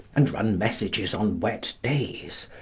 and run messages on wet days,